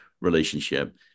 relationship